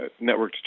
networked